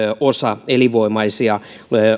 osa elinvoimaisia